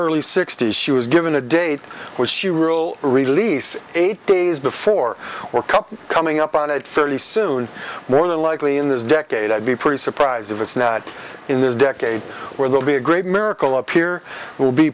early sixty's she was given a date which she rural release eight days before or cup coming up on it fairly soon more than likely in this decade i'd be pretty surprised if it's not in this decade where they'll be a great miracle appear will be